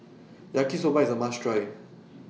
Yaki Soba IS A must Try